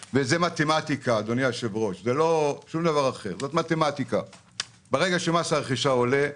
אדוני היושב-ראש, ברגע שמס הרכישה עולה,